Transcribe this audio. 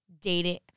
dating –